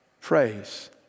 Praise